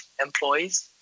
employees